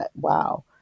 Wow